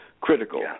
critical